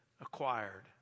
acquired